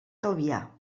calvià